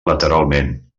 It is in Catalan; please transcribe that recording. lateralment